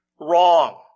wrong